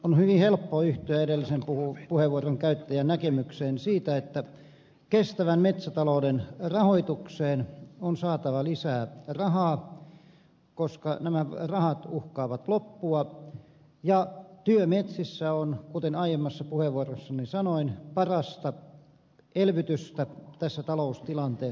on hyvin helppo yhtyä edellisen puheenvuoronkäyttäjän näkemykseen siitä että kestävän metsätalouden rahoitukseen on saatava lisää rahaa koska nämä rahat uhkaavat loppua ja työ metsissä on kuten aiemmassa puheenvuorossani sanoin parasta elvytystä tässä taloustilanteessa